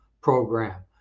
program